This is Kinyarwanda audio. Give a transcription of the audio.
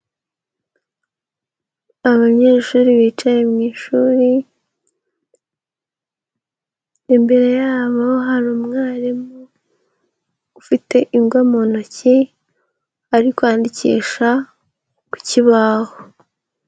Abanyeshuri bicaye mu ishuri, imbere yabo hari umwarimu, ufite ingwa mu ntoki, ari kwandikisha ku kibaho.